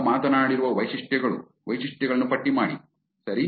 ನಾವು ಮಾತನಾಡಿರುವ ವೈಶಿಷ್ಟ್ಯಗಳು ವೈಶಿಷ್ಟ್ಯಗಳನ್ನು ಪಟ್ಟಿ ಮಾಡಿ ಸರಿ